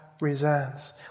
Resents